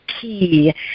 key